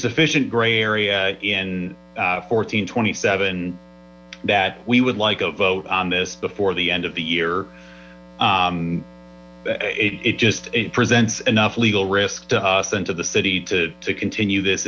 sufficient gray area in fourteen twenty seven that we would like a vote on this before the end of the year it just presents enough legal risk to us and to the city to continue this